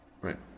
right